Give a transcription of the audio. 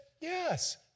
yes